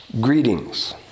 Greetings